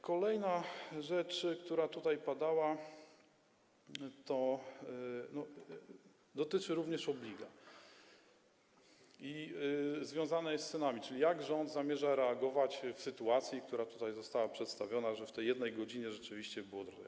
Kolejna rzecz, która tutaj padała, również dotyczy obliga i związane jest cenami, czyli jak rząd zamierza reagować w sytuacji, która tutaj została przedstawiona, że w tej jednej godzinie rzeczywiście było drożej.